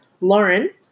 Lauren